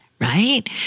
right